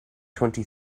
twenty